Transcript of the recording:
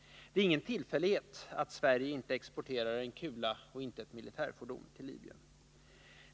Det är ingen tillfällighet att Sverige inte exporterar en kula, inte ett militärfordon till Libyen.